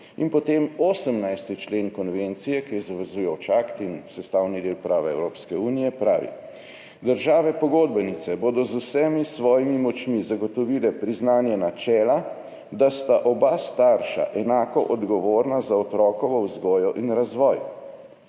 In potem 18. člen konvencije, ki je zavezujoč akt in sestavni del prava Evropske unije, ki pravi: »Države pogodbenice bodo z vsemi svojimi močmi zagotovile priznanje načela, da sta oba starša enako odgovorna za otrokovo vzgojo in razvoj.«